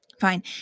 fine